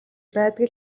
байдаг